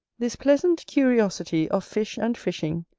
this pleasant curiosity of fish and fishing,